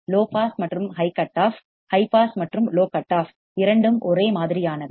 low pass மற்றும் high cut off high pass மற்றும் low cut off இரண்டும் ஒரே மாதிரியானவை